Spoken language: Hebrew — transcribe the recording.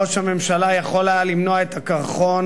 ראש הממשלה יכול היה למנוע את הקרחון.